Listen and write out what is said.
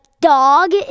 dog